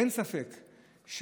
אין ספק,